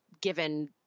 given